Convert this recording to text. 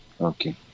okay